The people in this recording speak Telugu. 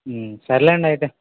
సర్లేండి అయితే